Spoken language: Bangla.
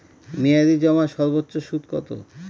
মেয়াদি জমার সর্বোচ্চ সুদ কতো?